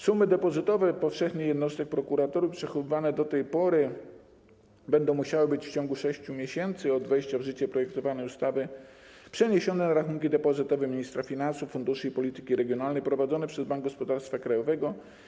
Sumy depozytowe powszechnych jednostek prokuratury przechowywane do tej pory będą musiały w ciągu 6 miesięcy od wejścia w życie projektowanej ustawy być przeniesione na rachunki depozytowe ministra finansów, funduszy i polityki regionalnej prowadzone przez Bank Gospodarstwa Krajowego.